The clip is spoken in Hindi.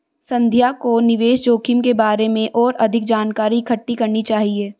संध्या को निवेश जोखिम के बारे में और अधिक जानकारी इकट्ठी करनी चाहिए